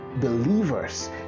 believers